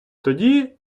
тоді